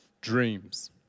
dreams